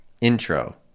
intro